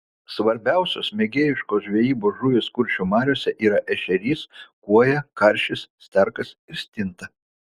svarbiausios mėgėjiškos žvejybos žuvys kuršių mariose yra ešerys kuoja karšis sterkas ir stinta